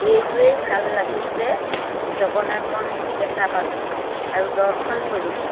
এইটোৱেই ভাল লাগিল যে জগন্নাথ মন্দিৰ দেখা পালোঁ আৰু দৰ্শন কৰিলোঁ